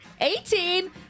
eighteen